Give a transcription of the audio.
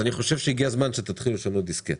אני חושב שהגיע הזמן שתתחילו לשנות דיסקט